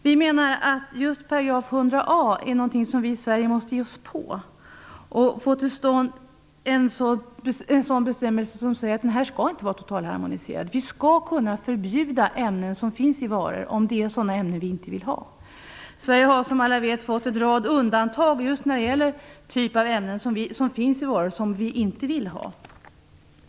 Vi menar att vi i Sverige måste ge oss på just § 100 A. Vi måste få till stånd en bestämmelse som säger att det inte skall vara en totalharmonisering. Vi skall kunna förbjuda ämnen i varor om det är ämnen som vi inte vill ha. Sverige har som alla vet fått en rad undantag just när det gäller den typ av ämnen som vi inte vill ha.